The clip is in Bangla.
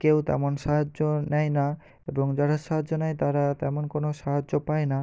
কেউ তেমন সাহায্য নেয় না এবং যারা সাহায্য নেয় তারা তেমন কোনো সাহায্য পায় না